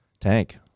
Tank